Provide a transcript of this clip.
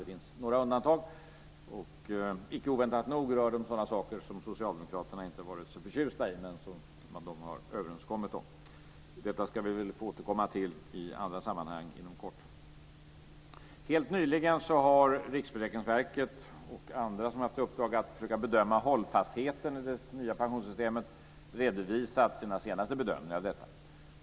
Det finns några undantag, och icke oväntat rör det sådana saker som Socialdemokraterna inte har varit så förtjusta i men som de har kommit överens om. Detta ska vi väl få återkomma till i andra sammanhang inom kort. Helt nyligen har Riksförsäkringsverket och andra som haft i uppdrag att försöka bedöma hållfastheten i det nya pensionssystemet redovisat sina senaste bedömningar av detta.